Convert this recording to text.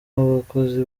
abakozi